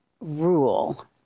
rule